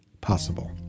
possible